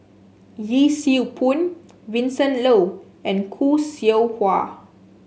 Yee Siew Pun Vincent Leow and Khoo Seow Hwa